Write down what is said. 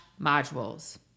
modules